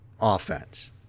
Offense